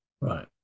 Right